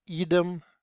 idem